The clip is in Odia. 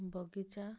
ବଗିଚା